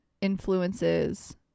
influences